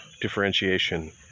differentiation